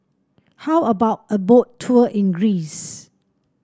how about a Boat Tour in Greece